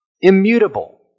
immutable